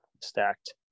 stacked